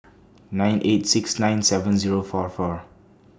nine eight six nine seven Zero four four